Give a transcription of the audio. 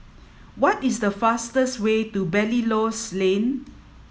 what is the fastest way to Belilios Lane